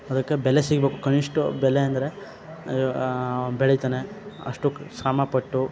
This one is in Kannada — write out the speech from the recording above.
ಅದಕ್ಕೆ ಬೆಲೆ ಸಿಗಬೇಕು ಕನಿಷ್ಠ ಬೆಲೆ ಅಂದರೆ ಬೆಳಿತಾನೆ ಅಷ್ಟು ಶ್ರಮಪಟ್ಟು